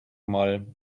mal